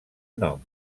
nom